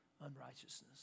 unrighteousness